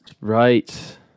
right